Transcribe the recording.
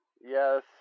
Yes